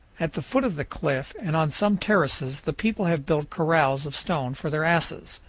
at the foot of the cliff and on some terraces the people have built corrals of stone for their asses.